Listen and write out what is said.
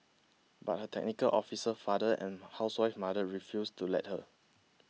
but her technical officer father and housewife mother refused to let her